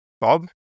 Bob